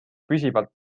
püsivalt